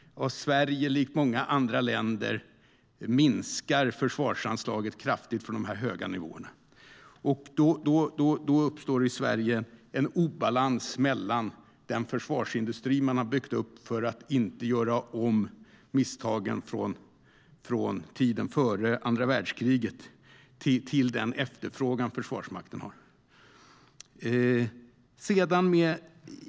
I likhet med andra länder minskade Sverige försvarsanslaget kraftigt, från de höga nivåerna. Då uppstod i Sverige en obalans mellan den försvarsindustri man byggt upp för att inte göra om misstagen från tiden före andra världskriget och den efterfrågan som försvarsmakten hade.